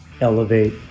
elevate